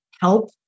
help